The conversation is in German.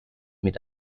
mit